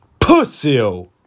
Pussy